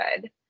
good